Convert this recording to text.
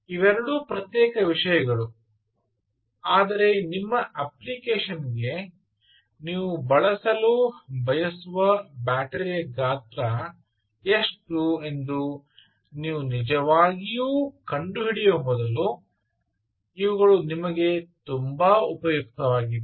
ಇವೆರಡೂ ಪ್ರತ್ಯೇಕ ವಿಷಯಗಳು ಆದರೆ ನಿಮ್ಮ ಅಪ್ಲಿಕೇಶನ್ಗೆ ನೀವು ಬಳಸಲು ಬಯಸುವ ಬ್ಯಾಟರಿಯ ಗಾತ್ರ ಎಷ್ಟು ಎಂದು ನೀವು ನಿಜವಾಗಿಯೂ ಕಂಡುಹಿಡಿಯುವ ಮೊದಲು ಇವುಗಳು ನಿಮಗೆ ತುಂಬಾ ಉಪಯುಕ್ತವಾಗಿವೆ